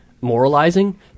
moralizing